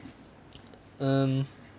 um